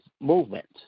movement